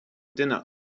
dinner